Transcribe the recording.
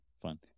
Fun